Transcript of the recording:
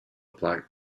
black